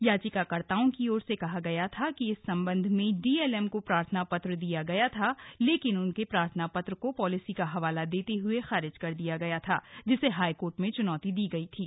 याचिकाकर्ताओं की ओर से कहा गया था कि इस संबंध में डीएलएम को प्रार्थना पत्र दिया गया था लेकिन उनके प्रार्थना पत्र को पॉलिसी का हवाला देते हुए खारिज कर दिया गया था जिसे हाईकोर्ट में चुनौती दी गई थी